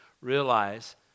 realize